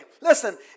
Listen